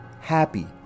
happy